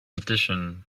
addition